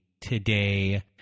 today